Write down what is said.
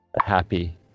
happy